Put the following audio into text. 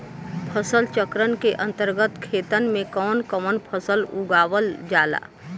फसल चक्रण के अंतर्गत खेतन में कवन कवन फसल उगावल जाला?